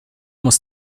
muss